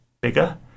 bigger